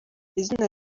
izina